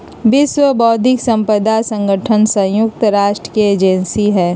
विश्व बौद्धिक साम्पदा संगठन संयुक्त राष्ट्र के एजेंसी हई